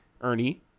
Ernie